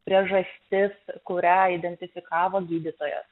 priežastis kurią identifikavo gydytojas